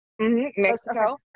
Mexico